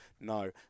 no